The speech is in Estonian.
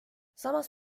samas